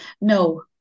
No